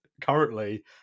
currently